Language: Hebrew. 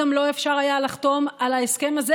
גם לא היה אפשר לחתום על ההסכם הזה,